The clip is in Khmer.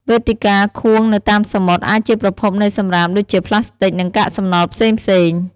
វេទិកាខួងនៅតាមសមុទ្រអាចជាប្រភពនៃសំរាមដូចជាប្លាស្ទិក និងកាកសំណល់ផ្សេងៗ។